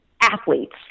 athletes